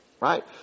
right